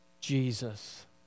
Jesus